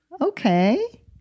okay